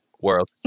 world